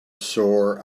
sore